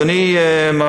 אדוני,